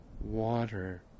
water